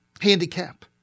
handicap